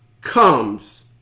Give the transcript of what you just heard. comes